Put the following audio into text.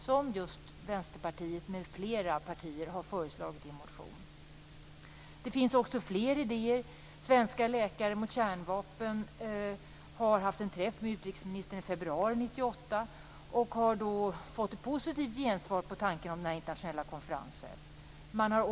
Det har Västerpartiet m.fl. partier föreslagit i en motion. Det finns också fler idéer. Svenska Läkare mot Kärnvapen har haft en träff med utrikesministern i februari 1998. Då fick de ett positivt gensvar på tanken om internationella konferenser.